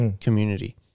community